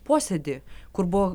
posėdį kur buvo